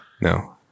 No